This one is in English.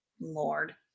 Lord